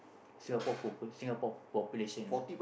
Singapore population Singapore population lah